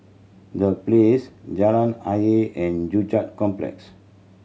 The Place Jalan Ayer and Joo Chiat Complex